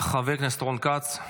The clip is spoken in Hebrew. חבר הכנסת רון כץ,